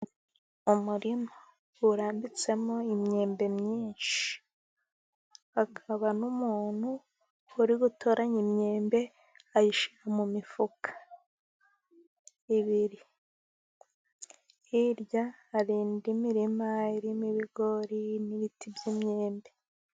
Umurima urambitsemo imyembe myinshi, hakaba n'umuntu uri gutoranya imyembe ayishyira mu mifuka ibiri. Hirya hari indi mirima irimo ibigori n'ibiti by'imyembe.